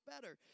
better